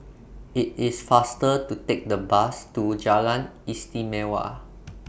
IT IS faster to Take The Bus to Jalan Istimewa